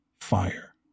fire